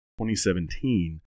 2017